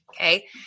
Okay